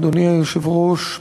אדוני היושב-ראש,